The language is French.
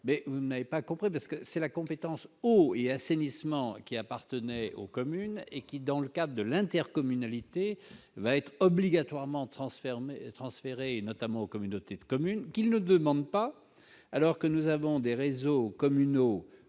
mais vous n'avez pas compris parce que c'est la compétence ou et assainissement qui appartenait aux communes et qui, dans le cas de l'intercommunalité va être obligatoirement transfert mais transférer notamment aux communautés de communes qu'ils ne demandent pas, alors que nous avons des réseaux communaux